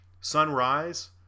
Sunrise